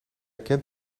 kent